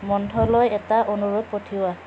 মন্থলৈ এটা অনুৰোধ পঠিওৱা